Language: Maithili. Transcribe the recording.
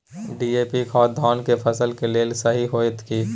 डी.ए.पी खाद धान के फसल के लेल सही होतय की?